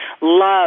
love